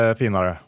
finare